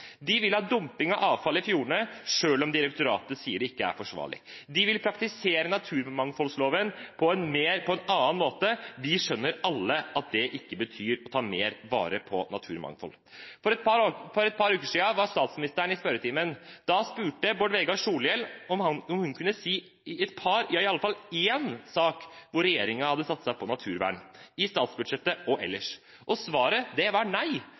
ha dumping av avfall i fjordene, selv om direktoratet sier at det ikke er forsvarlig. Den vil praktisere naturmangfoldloven på en annen måte. Vi skjønner alle at det ikke betyr å ta mer vare på naturmangfoldet. For ca. tre uker siden var statsministeren i spørretimen. Da spurte Bård Vegar Solhjell om hun kunne nevne et par saker – ja iallfall én sak – hvor regjeringen hadde satset på naturvern, i statsbudsjettet og ellers. Svaret var nei,